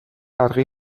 argi